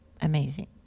amazing